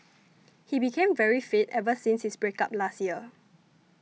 he became very fit ever since his break up last year